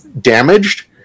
damaged